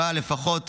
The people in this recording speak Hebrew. אבל, לפחות